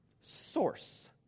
source